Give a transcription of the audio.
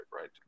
right